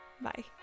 Bye